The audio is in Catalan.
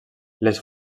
les